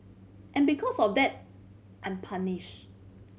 and because of that I'm punish